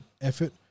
effort